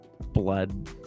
blood